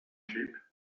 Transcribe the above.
sheep